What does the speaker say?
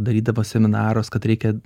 darydavo seminarus kad reikia